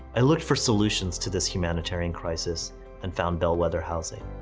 i looked for solutions to this humanitarian crisis and found bellwether housing.